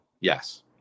Yes